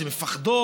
שהן מפחדות.